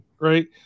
right